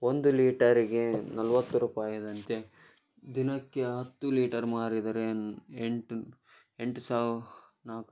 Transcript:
ಒಂದು ಲೀಟರಿಗೆ ನಲ್ವತ್ತು ರೂಪಾಯಿದಂತೆ ದಿನಕ್ಕೆ ಹತ್ತು ಲೀಟರ್ ಮಾರಿದರೆ ಎಂಟು ಎಂಟು ಸಾವ್ ನಾಕ್